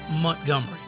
Montgomery